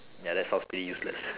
ya that's sounds pretty useless